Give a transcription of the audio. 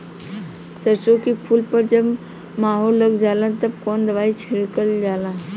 सरसो के फूल पर जब माहो लग जाला तब कवन दवाई छिड़कल जाला?